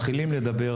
מתחילים לדבר,